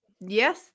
yes